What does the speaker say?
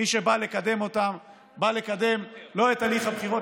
מי שבא לקדם אותם בא לקדם לא את הליך הבחירות